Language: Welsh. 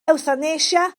ewthanasia